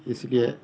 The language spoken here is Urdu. اس لیے